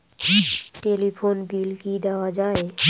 Telephone bill কি দেওয়া যায়?